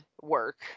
work